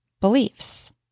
beliefs